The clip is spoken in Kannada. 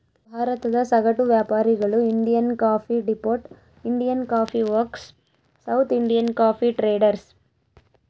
ಭಾರತದ ಸಗಟು ವ್ಯಾಪಾರಿಗಳು Indian coffee depot, Indian coffee works, south Indian coffee traders